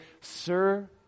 Sir